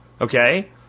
okay